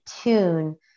tune